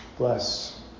Bless